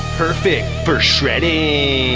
perfect for shredding.